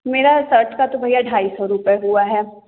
मेरा सर्ट का तो भैया ढाई सौ रुपए हुआ है